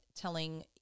telling